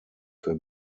für